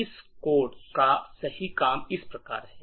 इस कोड का सही काम इस प्रकार है